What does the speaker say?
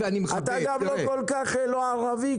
תודה רבה.